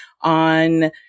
on